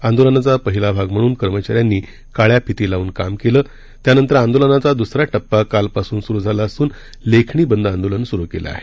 आंदोलनाचा पहिला भाग म्हणून कर्मचाऱ्यांनी काळ्या फिती लावून काम केलं त्यानंतर आंदोलनाचा दुसरा टप्पा कालपासून सुरू झाला असून लेखणी बंद आंदोलन सुरू केलं आहे